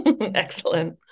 Excellent